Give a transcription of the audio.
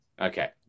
Okay